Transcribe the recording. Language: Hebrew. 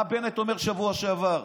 מה בנט אמר בשבוע שעבר?